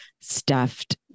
stuffed